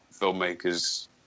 filmmakers